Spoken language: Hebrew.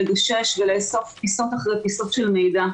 לגשש ולאסוף פיסות אחרי פיסות של מידע.